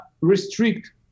restrict